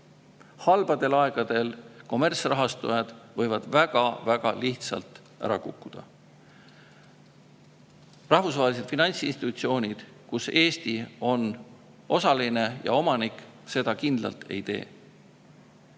Halbadel aegadel võivad kommertsrahastajad väga lihtsalt ära kukkuda. Rahvusvahelised finantsinstitutsioonid, kus Eesti on osaline ja omanik, seda kindlasti ei tee.